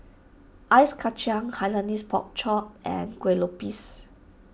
Ice Kachang Hainanese Pork Chop and Kueh Lopes